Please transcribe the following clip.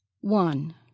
One